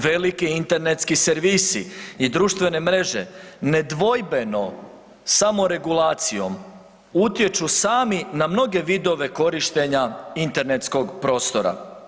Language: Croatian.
Veliki internetski servisi i društvene mreže nedvojbeno samo regulacijom utječu sami na mnoge vidove korištenja internetskog prostora.